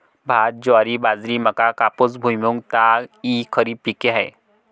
भात, ज्वारी, बाजरी, मका, कापूस, भुईमूग, ताग इ खरीप पिके आहेत